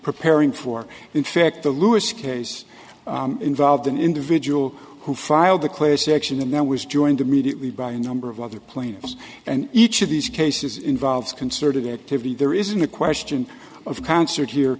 preparing for in fact the lewis case involved an individual who filed the class action and then was joined immediately by a number of other players and each of these cases involves concerted activity there isn't a question of concert here